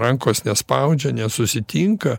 rankos nespaudžia nesusitinka